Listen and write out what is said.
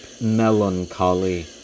melancholy